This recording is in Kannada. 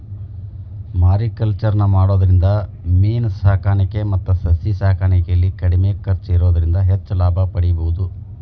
ಮಾರಿಕಲ್ಚರ್ ನ ಮಾಡೋದ್ರಿಂದ ಮೇನ ಸಾಕಾಣಿಕೆ ಮತ್ತ ಸಸಿ ಸಾಕಾಣಿಕೆಯಲ್ಲಿ ಕಡಿಮೆ ಖರ್ಚ್ ಇರೋದ್ರಿಂದ ಹೆಚ್ಚ್ ಲಾಭ ಪಡೇಬೋದು